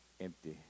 empty